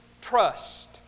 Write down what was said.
trust